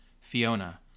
Fiona